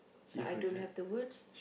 but I don't have the words